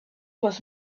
was